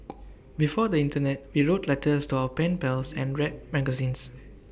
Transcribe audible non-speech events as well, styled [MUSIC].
[NOISE] before the Internet we wrote letters to our pen pals and read magazines